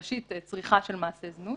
ראשית, צריכה של מעשה זנות,